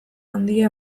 handia